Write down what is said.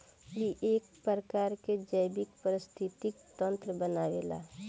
इ एक प्रकार के जैविक परिस्थितिक तंत्र बनावेला